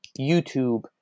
YouTube